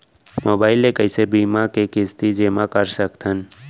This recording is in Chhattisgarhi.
मोबाइल ले कइसे बीमा के किस्ती जेमा कर सकथव?